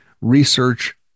research